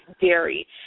dairy